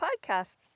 podcast